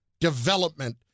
development